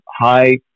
high